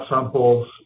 samples